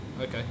Okay